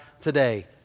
today